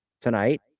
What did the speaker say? tonight